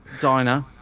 diner